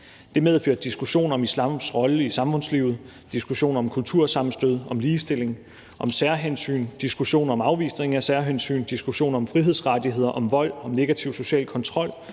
Det medfører diskussion om islams rolle i samfundslivet, diskussion om kultursammenstød, om ligestilling, om særhensyn, diskussion om afvisningaf særhensyn, diskussion om frihedsrettigheder, om vold, om negativ social kontrol,